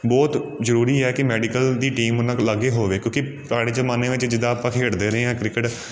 ਬਹੁਤ ਜ਼ਰੂਰੀ ਹੈ ਕਿ ਮੈਡੀਕਲ ਦੀ ਟੀਮ ਉਹਨਾਂ ਕੋਲ ਲਾਗੇ ਹੋਵੇ ਕਿਉਂਕਿ ਜ਼ਮਾਨੇ ਵਿੱਚ ਜਿੱਦਾਂ ਆਪਾਂ ਖੇਡਦੇ ਰਹੇ ਹਾਂ ਕ੍ਰਿਕਟ